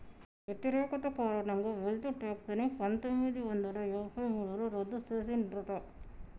వ్యతిరేకత కారణంగా wealth tax ని పందొమ్మిది వందల యాభై మూడులో రద్దు చేసిండ్రట